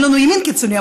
אין לנו ימין קיצוני,